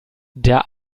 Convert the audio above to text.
der